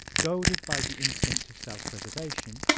goaded by the instinct of self-preservation,